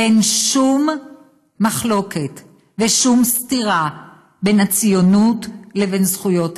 אין שום מחלוקת ושום סתירה בין הציונות לבין זכויות האדם,